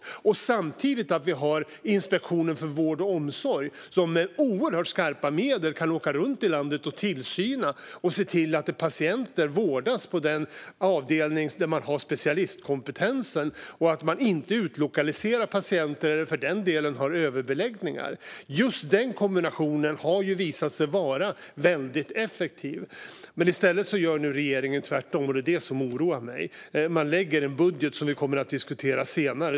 Vi ska samtidigt ha Inspektionen för vård och omsorg, som med oerhört skarpa medel kan åka runt i landet och utöva tillsyn och se till att patienter vårdas på den avdelning där man har specialistkompetensen och att man inte utlokaliserar patienter eller för den delen har överbeläggningar. Just den kombinationen har visat sig vara väldigt effektiv. I stället gör nu regeringen tvärtom, och det är vad som oroar mig. Den lägger fram en budget som kommer att diskuteras senare.